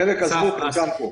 חלקם עזבו וחלקם פה.